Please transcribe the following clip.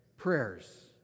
Prayers